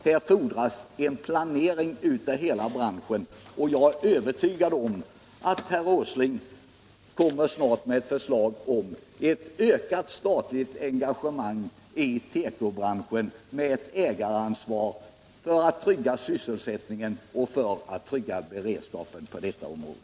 Här fordras en planering av hela branschen. Om herr Åsling gör en sådan är jag övertygad om att han snart kommer med ett förslag om ett ökat statligt engagemang i tekobranschen och ett statligt ägaransvar för att trygga sysselsättningen och för att trygga beredskapen på detta område.